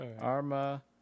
Arma